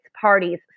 parties